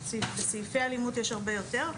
בסעיפי אלימות יש הרבה יותר.